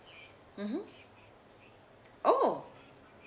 mmhmm oh